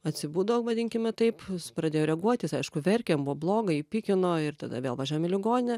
atsibudo vadinkime taip pradėjo reaguot jis aišku verkė jam buvo bloga jį pykino ir tada vėl važiam į ligoninę